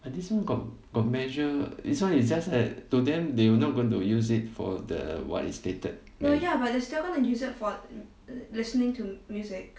and this one got got measure this one is just that to them they will not going to use it for the what is stated leh